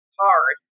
hard